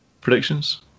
Predictions